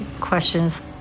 questions